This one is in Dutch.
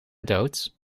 dood